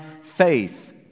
faith